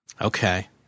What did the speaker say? Okay